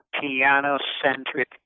piano-centric